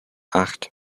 acht